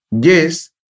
Yes